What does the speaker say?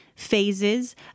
phases